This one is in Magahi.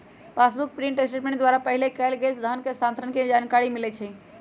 पासबुक पर प्रिंट स्टेटमेंट द्वारा पहिले कएल गेल सभ धन स्थानान्तरण के जानकारी मिलइ छइ